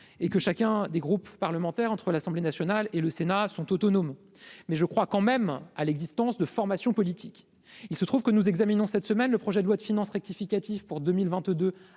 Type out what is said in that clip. et que chacun des groupes parlementaires entre l'Assemblée nationale et le Sénat sont autonomes, mais je crois quand même à l'existence de formation politique, il se trouve que nous examinons cette semaine le projet de loi de finances rectificative pour 2022,